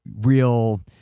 real